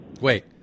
wait